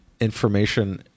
information